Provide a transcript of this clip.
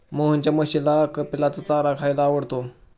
मोहनच्या म्हशीला कपिलाचा चारा खायला आवडतो